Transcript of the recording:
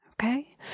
okay